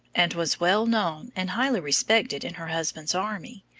and was well known and highly respected in her husband's army.